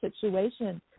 situation